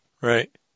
Right